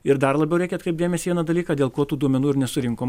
ir dar labiau reikia atkreipt dėmesį į vieną dalyką dėl ko tų duomenų ir nesurinkom